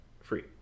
free